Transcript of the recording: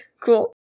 cool